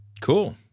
Cool